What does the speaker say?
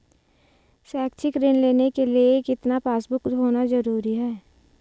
शैक्षिक ऋण लेने के लिए कितना पासबुक होना जरूरी है?